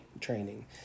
training